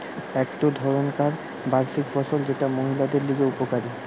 একটো ধরণকার বার্ষিক ফসল যেটা মহিলাদের লিগে উপকারী